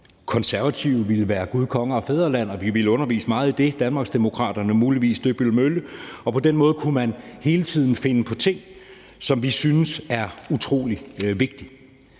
Konservative ville kræve, at det var Gud, konge og fædreland, og der skulle undervises meget i det. Hos Danmarksdemokraterne var det muligvis Dybbøl Mølle, og på den måde kunne man hele tiden finde på ting, som vi synes er utrolig vigtige.